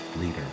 leader